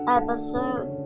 episode